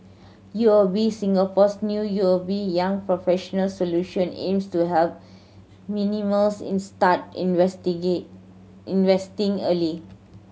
U O B Singapore's new U O B Young Professionals Solution aims to help millennials in start investing early